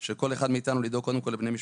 של כל אחד מאיתנו לדאוג קודם כל לבני משפחתו.